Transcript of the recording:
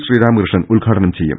ശ്രീരാമകൃഷ്ണൻ ഉദ്ഘാടനം ചെയ്യും